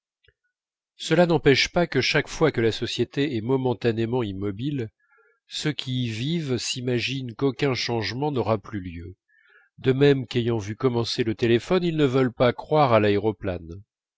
cela n'empêche pas que chaque fois que la société est momentanément immobile ceux qui y vivent s'imaginent qu'aucun changement n'aura plus lieu de même qu'ayant vu commencer le téléphone ils ne veulent pas croire à